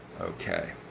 okay